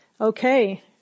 okay